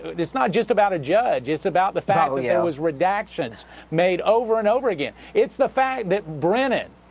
it's not just about a judge. it's about the fact that there yeah was redactions made over and over again. it's the fact that brennan,